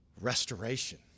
restoration